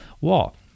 wall